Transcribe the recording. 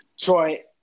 Troy